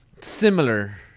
similar